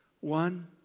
one